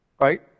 right